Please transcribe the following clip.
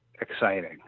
exciting